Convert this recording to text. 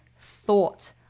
thought